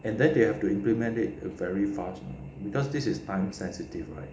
and then they have to implement it very fast because this is time sensitive right